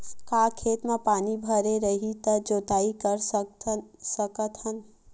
का खेत म पानी भरे रही त जोताई कर सकत हन?